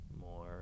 more